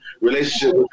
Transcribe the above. relationship